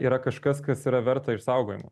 yra kažkas kas yra verta išsaugojimo